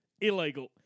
Illegal